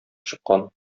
чыккан